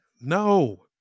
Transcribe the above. No